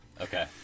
Okay